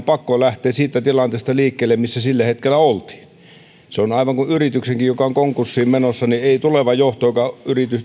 pakko lähteä siitä tilanteesta liikkeelle missä sillä hetkellä oltiin se on aivan kuin yrityksessäkin joka on konkurssiin menossa tuleva johto joka